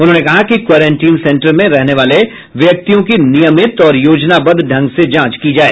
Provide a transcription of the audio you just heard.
उन्होंने कहा कि क्वारेंटीन सेंटर में रहने वाले व्यक्तियों की नियमित और योजनावद्व ढंग से जांच की जाए